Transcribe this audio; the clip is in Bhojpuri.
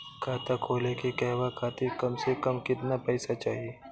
खाता खोले के कहवा खातिर कम से कम केतना पइसा चाहीं?